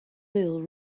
bill